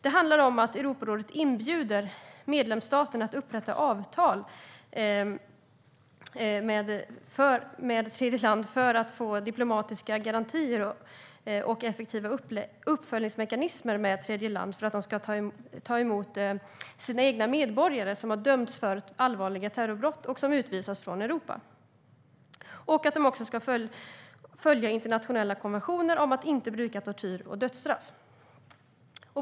Det handlar om att Europarådet inbjuder medlemsstaterna att upprätta avtal med tredjeländer för att få diplomatiska garantier och effektiva uppföljningsmekanismer med tredjeländer för att dessa ska ta emot sina egna medborgare som har dömts för allvarliga terrorbrott och utvisats från Europa. De ska också följa internationella konventioner om att inte bruka tortyr eller dödsstraff.